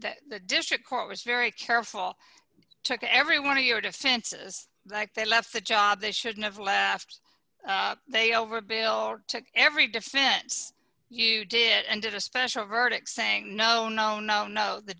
main the district court was very careful took everyone to your defenses like they left the job they shouldn't have laughed they overbill took every defense you did and did a special verdict saying no no no no the